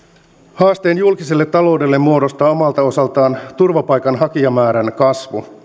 haasteen julkiselle taloudelle muodostaa omalta osaltaan turvapaikanhakijamäärän kasvu